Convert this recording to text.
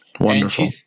Wonderful